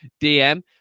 DM